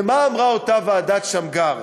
ומה אמרה אותה ועדת שמגר?